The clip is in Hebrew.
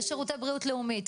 יש שירותי בריאות לאומית,